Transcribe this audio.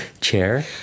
Chair